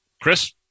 Chris